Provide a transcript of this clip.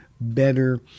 better